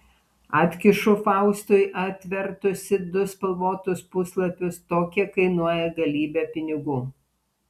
atkišu faustui atvertusi du spalvotus puslapius tokie kainuoja galybę pinigų